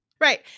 Right